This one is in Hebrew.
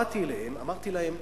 באתי אליהם, אמרתי להם: